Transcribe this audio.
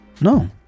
No